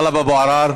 טלב אבו עראר,